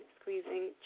squeezing